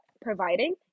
Providing